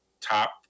top